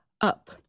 up